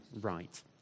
right